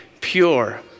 pure